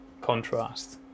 contrast